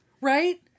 Right